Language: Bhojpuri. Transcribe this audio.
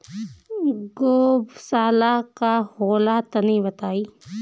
गौवशाला का होला तनी बताई?